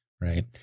right